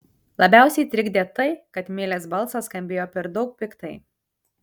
labiausiai trikdė tai kad milės balsas skambėjo per daug piktai